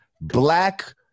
black